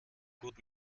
gut